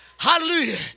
Hallelujah